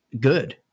good